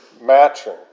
matching